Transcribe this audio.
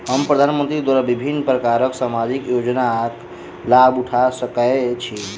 हम प्रधानमंत्री द्वारा विभिन्न प्रकारक सामाजिक योजनाक लाभ उठा सकै छी?